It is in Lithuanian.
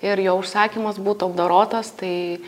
ir jo užsakymas būtų apdorotas tai